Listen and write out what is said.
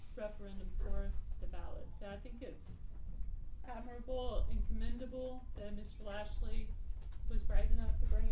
referendum for the ballot. so i think it's admirable and commendable that mr. lashley was brave enough to